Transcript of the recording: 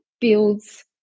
builds